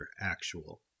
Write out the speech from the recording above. actual